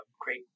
great